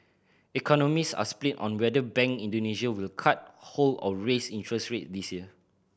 economist are split on whether Bank Indonesia will cut hold or raise interest rate this year